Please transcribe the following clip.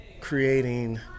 creating